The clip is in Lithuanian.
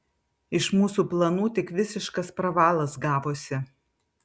iš mūsų planų tik visiškas pravalas gavosi